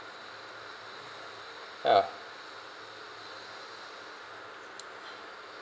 ah